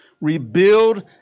Rebuild